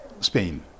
Spain